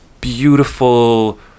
beautiful